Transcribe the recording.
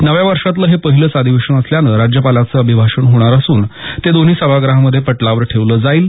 नव्या वर्षातलं हे पहिलंच अधिवेशन असल्यानं राज्यपालांचं अभिभाषण होणार असून ते दोन्ही सभागृहामध्ये पटलावर ठेवलं जाईल